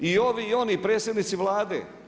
I ovi i oni predsjednici Vlade.